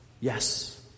Yes